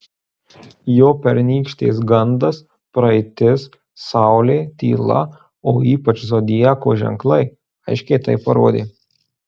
jo pernykštės gandas praeitis saulė tyla o ypač zodiako ženklai aiškiai tai parodė